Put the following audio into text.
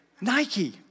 Nike